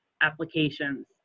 applications